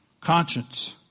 conscience